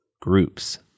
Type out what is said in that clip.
groups